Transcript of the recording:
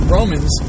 Romans